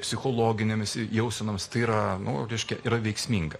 psichologinėmis jausenoms tai yra nu reiškia yra veiksminga